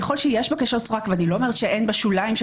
ככל שיש בקשות סרק ואני לא אומרת שאין בשוליים של